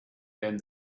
than